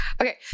Okay